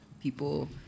people